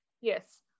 Yes